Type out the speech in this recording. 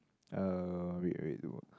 uh wait wait you